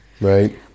Right